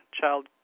child